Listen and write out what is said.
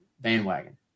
bandwagon